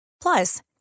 Plus